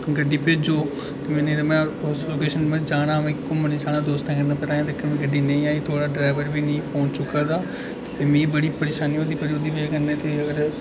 गड्डी भेजो नेईं ते में उस लोकेशन में जाना में घुम्मन जाना थुआढ़ा टाइम कन्नै गड्डी नेईं आई थुआढ़ा ड्राइवर बी निं फोन चुक्का दा ते मिं बड़ी परेशानी होआ दी